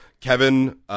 Kevin